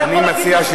איתן,